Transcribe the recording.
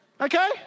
Okay